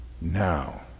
Now